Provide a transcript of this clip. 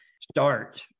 start